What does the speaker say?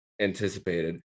anticipated